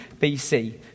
BC